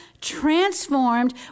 transformed